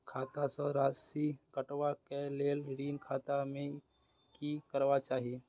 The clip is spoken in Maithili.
खाता स राशि कटवा कै लेल ऋण खाता में की करवा चाही?